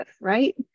right